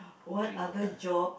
drink water